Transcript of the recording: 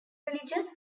religious